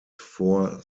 four